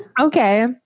Okay